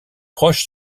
proches